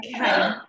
Okay